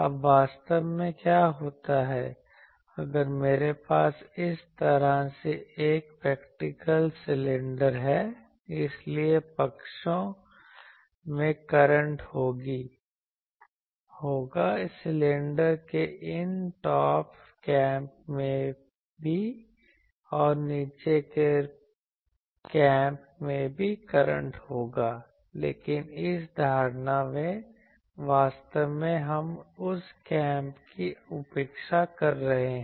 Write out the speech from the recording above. अब वास्तव में क्या होता है अगर मेरे पास इस तरह से एक प्रैक्टिकल सिलेंडर है इसलिए पक्षों में करंट होंगी सिलेंडर के इन टॉप कैप में भी और नीचे के कैप में भी करंट होगा लेकिन इस धारणा से वास्तव में हम उस कैप की उपेक्षा कर रहे हैं